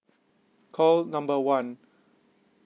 call number one